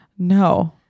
No